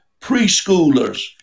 preschoolers